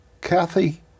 Kathy